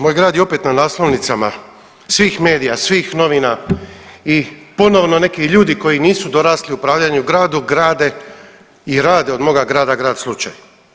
Moj grad je opet na naslovnicama svih medija, svih novina i ponovno neki ljudi koji nisu dorasli upravljanju gradom grade i rade od moga grada grad slučaj.